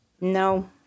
No